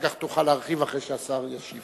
אחר כך תוכל להרחיב, אחרי שהשר ישיב.